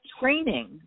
training